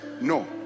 No